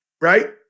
Right